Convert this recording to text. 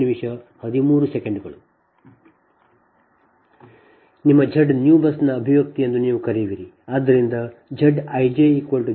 ನಿಮ್ಮ ZBUSNEW ನ ಅಭಿವ್ಯಕ್ತಿ ಎಂದು ನೀವು ಕರೆಯುವಿರಿ